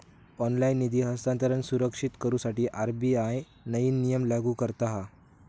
online निधी हस्तांतरण सुरक्षित करुसाठी आर.बी.आय नईन नियम लागू करता हा